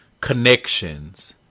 connections